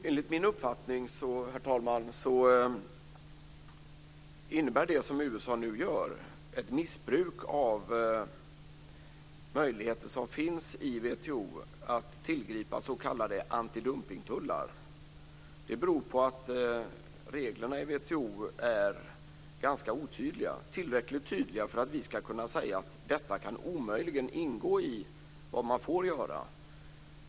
Herr talman! Enligt min uppfattning innebär det som USA nu gör ett missbruk av möjligheter som finns i WTO att tillgripa s.k. antidumpningstullar. Det beror på att reglerna i WTO är ganska otydliga. De är tillräckligt tydliga för att vi ska kunna säga: Detta kan omöjligen ingå i vad man får göra.